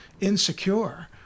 insecure